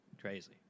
crazy